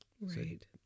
Right